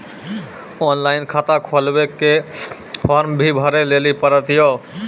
Online खाता खोलवे मे फोर्म भी भरे लेली पड़त यो?